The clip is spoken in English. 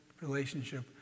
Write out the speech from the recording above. relationship